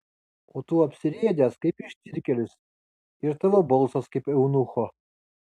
o tu apsirėdęs kaip ištvirkėlis ir tavo balsas kaip eunucho